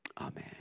Amen